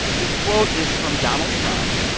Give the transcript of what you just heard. this quote is from donald trump.